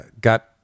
got